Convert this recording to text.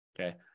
Okay